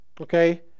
Okay